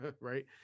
right